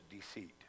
deceit